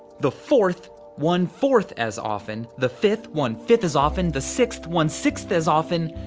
the fourth one fourth as often. the fifth one fifth as often. the sixth one sixth as often,